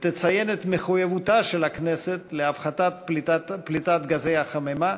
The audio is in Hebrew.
ותציין את מחויבותה של הכנסת להפחתת פליטת גזי החממה